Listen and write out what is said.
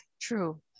True